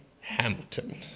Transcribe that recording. Hamilton